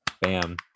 Bam